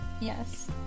Yes